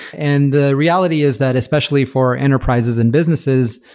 and the reality is that especially for enterprises and businesses,